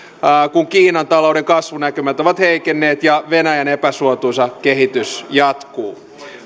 kun kiinan talouden kasvunäkymät ovat heikenneet ja venäjän epäsuotuisa kehitys jatkuu